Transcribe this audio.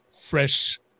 Fresh